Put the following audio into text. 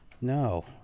no